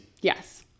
Yes